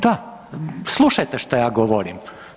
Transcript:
Da, slušajte šta ja govorim.